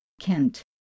Kent